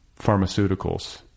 pharmaceuticals